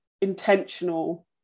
intentional